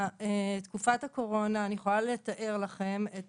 בתקופת הקורונה אני יכולה לתאר לכם את